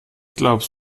glaubst